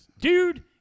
Dude